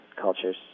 cultures